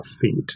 feet